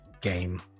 game